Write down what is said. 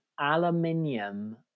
aluminium